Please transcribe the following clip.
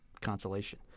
consolation